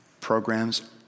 programs